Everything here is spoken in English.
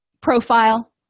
profile